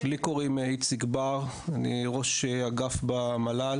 אני ראש אגף במל"ל